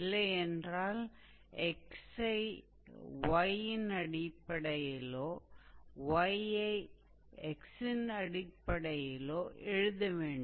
இல்லையென்றால் x ஐ y இன் அடிப்படையிலோ y ஐ x இன் அடிப்படையிலோ எழுத வேண்டும்